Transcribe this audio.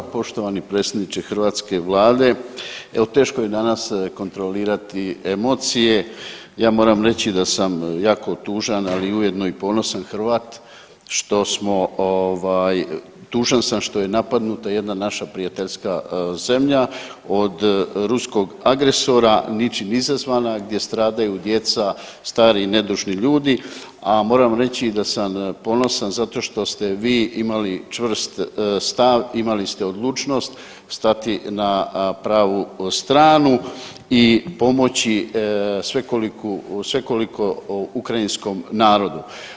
Poštovani predsjedniče hrvatske vlade, evo teško je danas kontrolirati emocije, ja moram reći da sam jako tužan ali ujedno i ponosan Hrvat što smo ovaj tužan sam što je napadnuta jedna naša prijateljska zemlja od ruskog agresora, ničim izazvana gdje stradaju djeca, stari i nedužni ljudi, a moram reći i da sam ponosan zato što ste vi imali čvrst stav, imali ste odlučnost stati na pravu stranu i pomoći svekoliku, svekoliko ukrajinskom narodu.